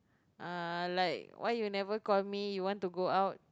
uh like why you never call me you want to go out